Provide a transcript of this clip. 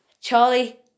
Charlie